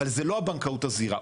אבל זו לא הבנקאות הזעירה.